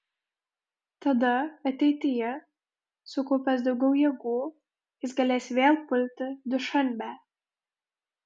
tada ateityje sukaupęs daugiau jėgų jis galės vėl pulti dušanbę